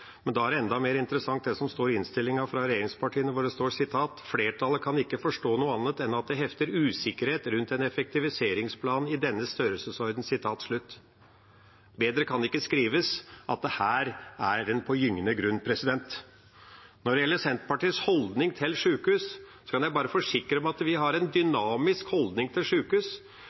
Da er det enda mer interessant, det som står i innstilingen fra regjeringspartiene. Der står det: «Flertallet kan ikke forstå noe annet enn at det hefter usikkerhet rundt en effektiviseringsplan i denne størrelsesorden.» Bedre kan det ikke skrives – at her er en på gyngende grunn. Når det gjelder Senterpartiets holdning til sykehus, kan jeg bare forsikre om at vi har en dynamisk holdning til